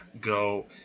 go